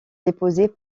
déposés